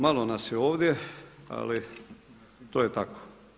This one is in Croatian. Malo nas je ovdje, ali to je tako.